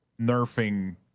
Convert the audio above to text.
nerfing